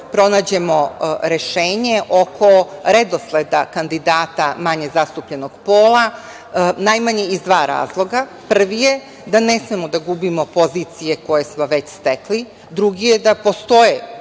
pronađemo rešenje oko redosleda kandidata manje zastupljenog pola, najmanje iz dva razloga. Prvi razlog je da ne smemo da gubimo pozicije koje smo već stekli. Drugi razlog je da postoji